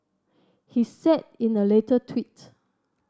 he said in a later tweet